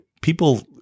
people